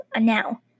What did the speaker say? now